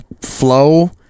flow